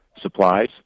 supplies